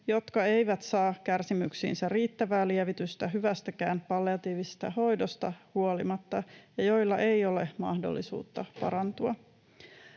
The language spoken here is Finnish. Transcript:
jotka eivät saa kärsimyksiinsä riittävää lievitystä hyvästäkään palliatiivisesta hoidosta huolimatta ja joilla ei ole mahdollisuutta parantua.